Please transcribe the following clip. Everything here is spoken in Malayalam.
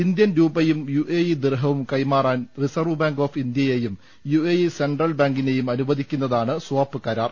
ഇന്ത്യൻ രൂപയും യു എ ഇ ദിർഹവും കൈമാറാൻ റിസർവ്വ് ബാങ്ക് ഓഫ് ഇന്ത്യയെയും യു എ ഇ സെൻട്രൽ ബാങ്കിനെയും അനുവദിക്കുന്നതാണ് സ്വാപ് കരാർ